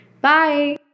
bye